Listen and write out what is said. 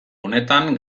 honetan